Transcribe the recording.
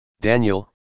Daniel